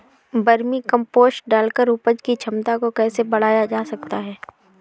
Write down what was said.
Vermi compost डालकर उपज की क्षमता को कैसे बढ़ाया जा सकता है?